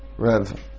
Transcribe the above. Rev